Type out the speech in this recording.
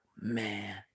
man